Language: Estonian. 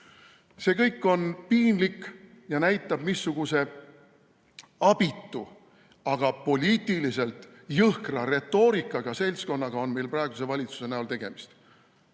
ole. See kõik on piinlik ja näitab, missuguse abitu, aga poliitiliselt jõhkrat retoorikat kasutava seltskonnaga on meil praeguse valitsuse näol tegemist.